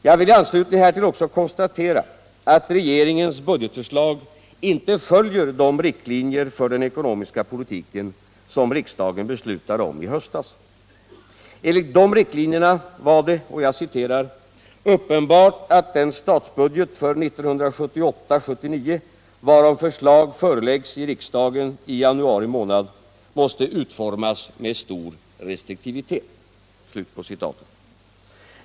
Jag vill i anslutning härtill också konstatera att regeringens budgetförslag inte följer de riktlinjer för den ekonomiska politiken som riksdagen beslutade om i höstas. Enligt de riktlinjerna var det ”uppenbart att den statsbudget för 1978/79, varom förslag föreläggs riksdagen i januari månad, måste utformas med stor restriktivitet”.